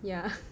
yah